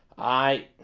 i